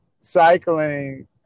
cycling